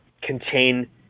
contain